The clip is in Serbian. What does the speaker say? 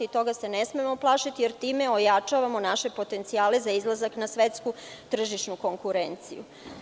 Toga se ne smemo plašiti, jer time ojačavamo naše potencijale za izlazak na svetsku tržišnu konkurenciju.